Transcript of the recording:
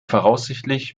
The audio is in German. voraussichtlich